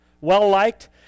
well-liked